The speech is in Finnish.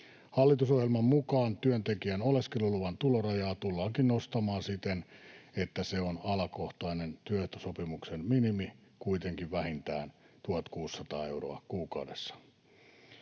Hallitusohjelman mukaan työntekijän oleskeluluvan tulorajaa tullaankin nostamaan siten, että se on alakohtainen työehtosopimuksen minimi, kuitenkin vähintään 1 600 euroa kuukaudessa.